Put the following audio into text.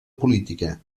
política